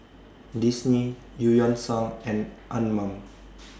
Disney EU Yan Sang and Anmum